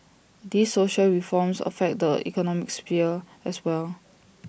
these social reforms affect the economic sphere as well